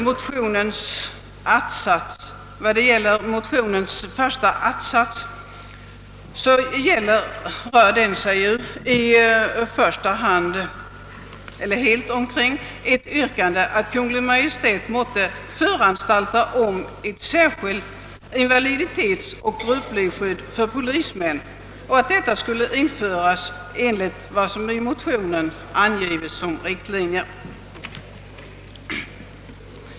Motionens första att-sats rör sig helt omkring ett yrkande att Kungl. Maj:t måtte föranstalta om att ett särskilt invaliditetsoch grupplivskydd för polismän införes enligt i motionen angivna riktlinjer.